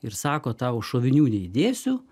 ir sako tau šovinių neįdėsiu